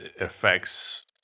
affects